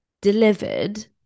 delivered